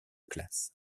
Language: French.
classe